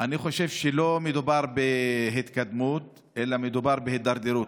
אני חושב שלא מדובר בהתקדמות אלא מדובר בהידרדרות.